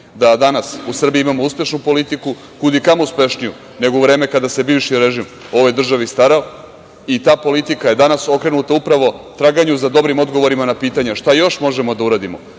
da danas u Srbiji imamo uspešnu politiku, kud i kamo uspešniju nego u vreme kada se bivši režim o ovoj državi starao, i ta politika je danas okrenuta upravo traganju za dobrim odgovorima na pitanja šta još možemo da uradimo